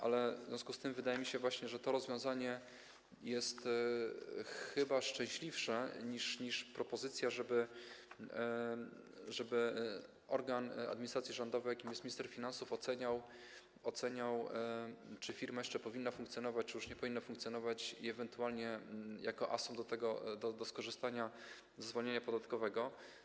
Ale w związku z tym wydaje mi się, że to rozwiązanie jest chyba szczęśliwsze niż propozycja, żeby organ administracji rządowej, jakim jest minister finansów, oceniał, czy firma jeszcze powinna funkcjonować, czy już nie powinna funkcjonować i ewentualnie czy jest asumpt do skorzystania ze zwolnienia podatkowego.